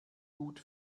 gut